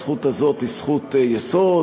הזכות הזאת היא זכות יסוד,